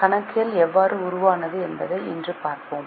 கணக்கியல் எவ்வாறு உருவானது என்பதை இன்று பார்ப்போம்